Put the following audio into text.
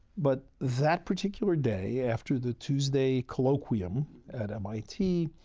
but that particular day after the tuesday colloquium at mit,